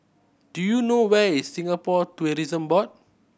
do you know where is Singapore Tourism Board